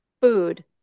food